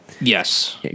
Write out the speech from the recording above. Yes